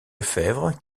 lefebvre